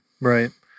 Right